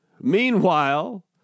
Meanwhile